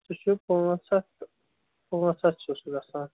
سُہ چھُ پانٛژھ ہَتھ پانٛژھ ہَتھ چھُ سُہ گژھان